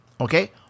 Okay